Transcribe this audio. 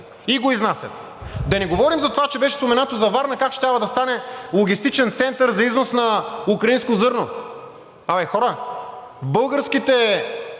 и ги изнасят. Да не говорим за това, че беше споменато за Варна как щяла да стане логистичен център за износ на украинско зърно. А бе, хора, в средите